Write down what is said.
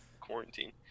quarantine